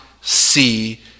see